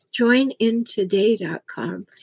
Joinintoday.com